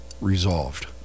resolved